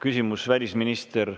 küsimus on välisminister